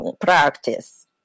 practice